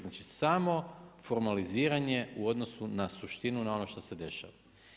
Znači samo formaliziranje u odnosu na suštinu na ono šta se dešava.